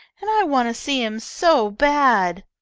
and i want to see him so bad.